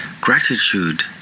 gratitude